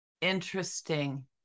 interesting